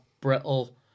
brittle